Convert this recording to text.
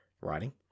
writing